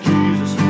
Jesus